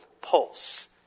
pulse